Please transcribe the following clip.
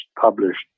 published